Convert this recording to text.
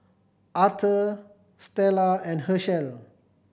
Authur Stella and Hershel